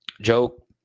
Joe